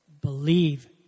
Believe